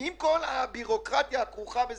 עם כל הבירוקרטיה הכרוכה בזה?